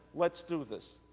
let's do this.